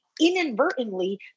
Inadvertently